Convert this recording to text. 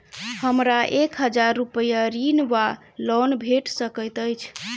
हमरा एक हजार रूपया ऋण वा लोन भेट सकैत अछि?